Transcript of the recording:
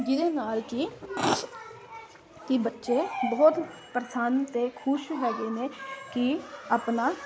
ਜਿਹਦੇ ਨਾਲ ਕੀ ਕੀ ਬੱਚੇ ਬਹੁਤ ਪ੍ਰਸੰਨ ਤੇ ਖੁਸ਼ ਹੈਗੇ ਨੇ ਕਿ ਆਪਣਾ